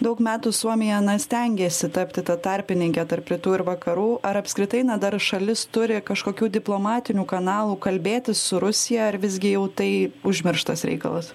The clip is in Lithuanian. daug metų suomija na stengiasi tapti ta tarpininke tarp rytų ir vakarų ar apskritai na dar šalis turi kažkokių diplomatinių kanalų kalbėtis su rusija ar visgi jau tai užmirštas reikalas